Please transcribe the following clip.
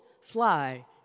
fly